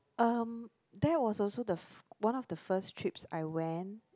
um that was also the one of the first trips I went